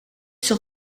sur